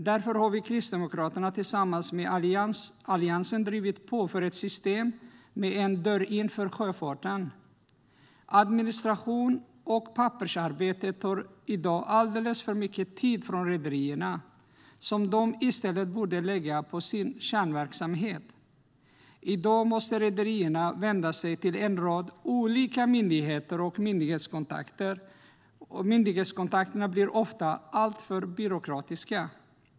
Därför har vi kristdemokrater, tillsammans med Alliansen, drivit på för ett system med en så kallad en dörr in för sjöfarten. Administration och pappersarbete tar i dag alldeles för mycket tid från rederierna. Det är tid som de i stället borde lägga på sin kärnverksamhet. I dag måste rederierna vända sig till en rad olika myndigheter, och myndighetskontakterna blir ofta alltför byråkratiska.